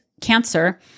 cancer